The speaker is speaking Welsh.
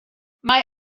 mae